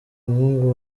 umuhungu